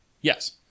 Yes